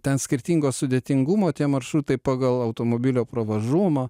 ten skirtingo sudėtingumo tie maršrutai pagal automobilio pravažumą